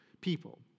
people